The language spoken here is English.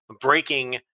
breaking